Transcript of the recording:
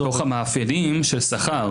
מתוך המאפיינים של שכר,